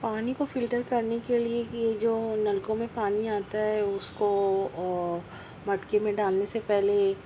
پانی کو فلٹر کرنے کے لیے یہ جو نلکوں میں پانی آتا ہے اس کو مٹکے میں ڈالنے سے پہلے